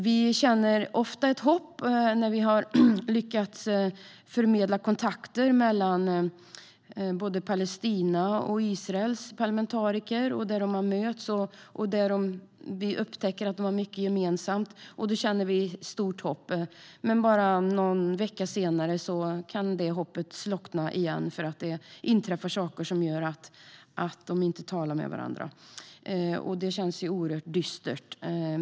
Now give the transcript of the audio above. Vi känner ofta ett hopp när vi har lyckats förmedla kontakter mellan Palestinas och Israels parlamentariker. De möts, och vi upptäcker att de har mycket gemensamt. Då känner vi stort hopp. Men bara någon vecka senare kan det hoppet slockna igen för att det inträffar saker som gör att de inte talar med varandra. Det känns oerhört dystert.